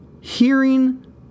hearing